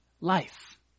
life